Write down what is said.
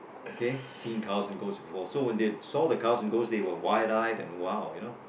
okay seen cows and goats before so when they saw the cows and goats they were wide eyed and !wow! you know